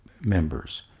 members